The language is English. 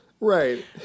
Right